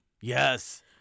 Yes